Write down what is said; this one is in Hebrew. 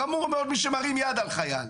חמור מאוד מי שמרים יד על חייל,